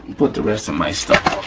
put the rest of my stuff